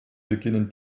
beginnen